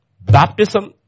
baptism